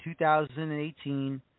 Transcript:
2018